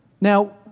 Now